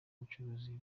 ubucuruzi